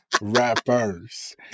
rappers